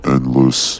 Endless